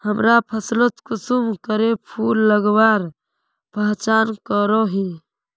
हमरा फसलोत कुंसम करे फूल लगवार पहचान करो ही?